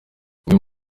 imwe